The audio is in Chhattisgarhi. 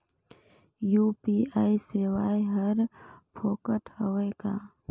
यू.पी.आई सेवाएं हर फोकट हवय का?